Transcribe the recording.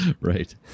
Right